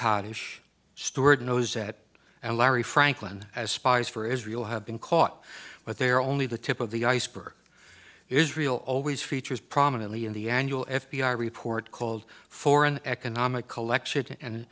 steward knows that and larry franklin as spies for israel have been caught but they are only the tip of the iceberg israel always features prominently in the annual f b i report called for an economic collection and